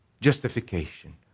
justification